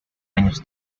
años